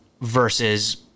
versus